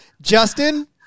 Justin